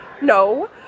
No